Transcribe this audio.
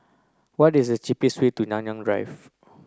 what is the cheapest way to Nanyang Drive